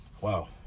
Wow